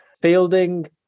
fielding